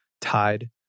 tied